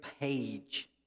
page